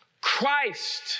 Christ